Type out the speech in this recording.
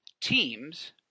teams